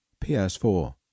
PS4